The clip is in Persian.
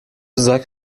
زاک